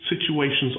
situations